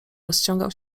rozciągał